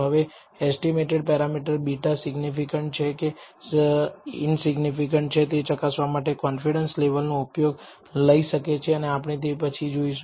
હવે estimated parameter β significant છે કે ઈનસિગ્નિફિકન્ટ તે ચકાસવા માટે કોન્ફિડન્સ લેવલ નો ઉપયોગ થઈ શકે છે આપણે તે પછી જોઈશું